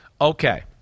okay